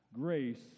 grace